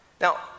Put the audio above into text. Now